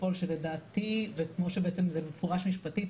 שלדעתי וכמו שבעצם זה מפורש משפטית,